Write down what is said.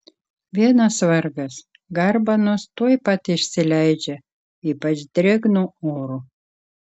vienas vargas garbanos tuoj pat išsileidžia ypač drėgnu oru